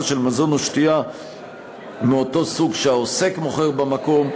של מזון או שתייה מאותו סוג שהעוסק מוכר במקום,